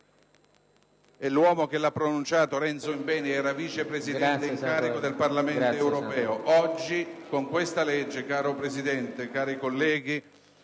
L'uomo che l'ha pronunciata, Renzo Imbeni, era Vice Presidente in carica del Parlamento europeo. Oggi, con questa legge, caro signor Presidente e cari colleghi,